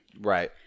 Right